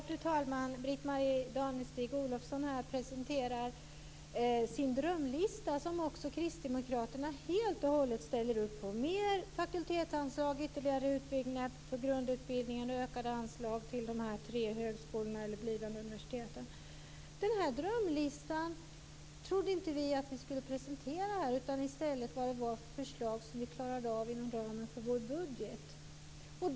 Fru talman! Britt-Marie Danestig presenterar sin drömlista, som också Kristdemokraterna helt och hållet ställer upp på. Det gäller mer fakultetsanslag, ytterligare utbyggnad på grundutbildningen, ökade anslag till de tre högskolorna och blivande universiteten. Vi trodde inte att ni skulle presentera denna drömlista utan i stället förslag på vad som kan klaras av inom ramen för budgeten.